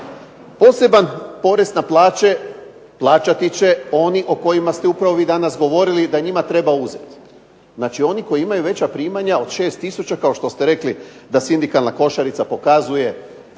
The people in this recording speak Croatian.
Poseban porez na plaće plaćati će oni o kojima ste vi danas upravo govorili da njima treba uzeti. Znači oni koji imaju veća primanja od 6 tisuća kao što ste rekli da sindikalna košarica pokazuje